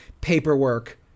Paperwork